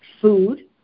food